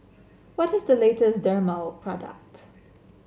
what is the latest Dermale product